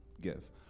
give